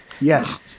yes